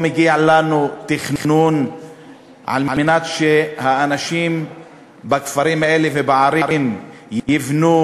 האם לא מגיע לנו תכנון על מנת שהאנשים בכפרים האלה ובערים יבנו